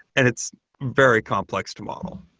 and it's very complex to model.